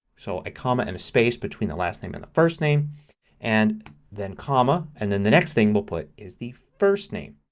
so a comma and a space between the last name and the first name and then comma and then next thing we'll put is the first name.